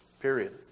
period